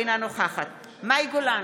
אינה נוכחת מאי גולן,